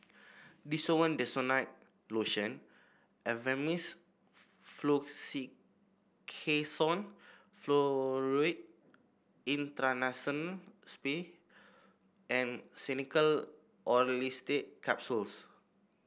Desowen Desonide Lotion Avamys Fluticasone Furoate Intranasal Spray and Xenical Orlistat Capsules